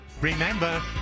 Remember